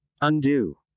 Undo